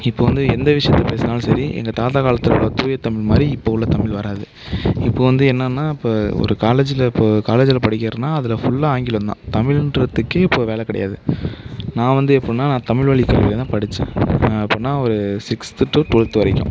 இப்போது வந்து எந்த விஷயத்தை பேசினாலும் சரி எங்கள் தாத்தா காலத்தில் உள்ள தூய தமிழ்மாதிரி இப்போ உள்ள தமிழ் வராது இப்போது வந்து என்னென்னா இப்போ ஒரு காலேஜ்ஜில் இப்போ காலேஜ்ஜில் படிக்கிறேன்னா அதில் ஃபுல்லாக ஆங்கிலம் தான் தமிழ்ங்றத்துக்கே இப்போ வேலை கிடையாது நான் வந்து எப்படினால் நான் தமிழ் வழி கல்வியை தான் படித்தேன் அப்படினால் ஒரு சிக்ஸ்த் டு டுவெல்த் வரைக்கும்